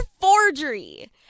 forgery